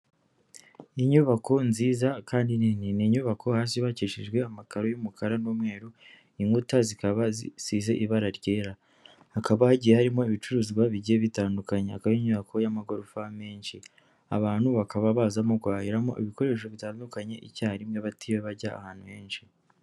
Ni inyubako nziza kandi nini. Ni inyubako hasi yubakishijwe amakaro y'umukara n'umweru, inkuta zikaba zisize ibara ryera. Hakaba hagiye harimo ibicuruzwa bigiye bitandukanye. Akaba ari inyubako y'amagorofa menshi. Abantu bakaba bazamo guhahiramo ibikoresho bitandukanye icyarimwe batiriwe bajya ahantu henshi.